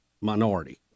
minority